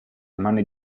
mani